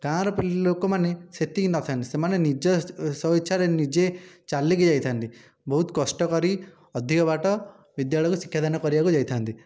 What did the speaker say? ଗାଁର ଲୋକମାନେ ସେତିକି ନଥାନ୍ତି ସେମାନେ ନିଜ ସ୍ୱଇଚ୍ଛାରେ ନିଜେ ଚାଲିକି ଯାଇଥାଆନ୍ତି ବହୁତ କଷ୍ଟ କରି ଅଧିକ ବାଟ ବିଦ୍ୟାଳୟକୁ ଶିକ୍ଷାଦାନ କରିବାକୁ ଯାଇଥାଆନ୍ତି